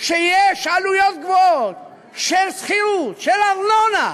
שיש עלויות גבוהות של שכירות, של ארנונה,